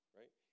right